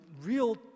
real